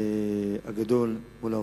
הגדול מול האוצר.